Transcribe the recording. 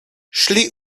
szli